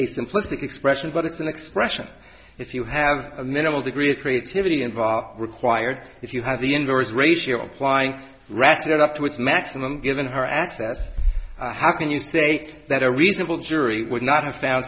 a simplistic expression but it's an expression if you have a minimal degree of creativity involved required if you have the inverse ratio applying ratchet up to his maximum given her access how can you say that a reasonable jury would not have found